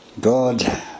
God